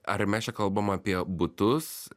ar mes čia kalbam apie butus